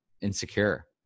insecure